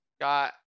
got